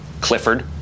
Clifford